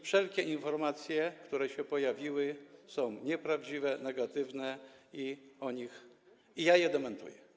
Wszelkie informacje, które się pojawiły, są nieprawdziwe, negatywne i ja je dementuję.